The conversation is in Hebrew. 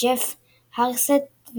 ג'ף הרסט,